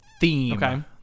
theme